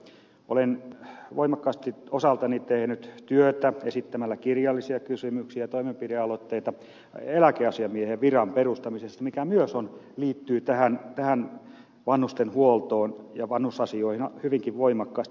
olen voimakkaasti osaltani tehnyt työtä esittämällä kirjallisia kysymyksiä ja toimenpidealoitteita eläkeasiamiehen viran perustamisesta mikä myös liittyy tähän vanhustenhuoltoon ja vanhusasioihin hyvinkin voimakkaasti